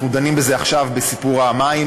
אנחנו דנים בזה עכשיו בסיפור המים,